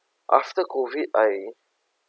after COVID I